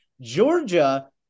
Georgia